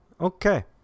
Okay